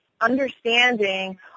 understanding